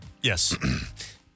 Yes